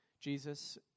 Jesus